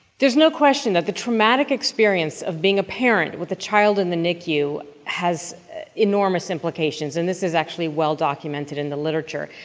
there's no question that the traumatic experience of being a parent with a child in the nicu has enormous implications, and this is actually well-documented in the literature,